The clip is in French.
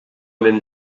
même